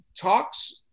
talks